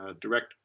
direct